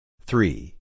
Three